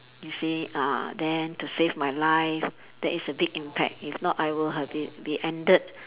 you see uh then to save my life that is a big impact if not I would have been been ended